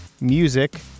music